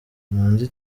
manzi